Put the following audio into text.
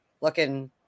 looking